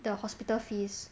the hospital fees